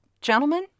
gentlemen